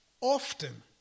often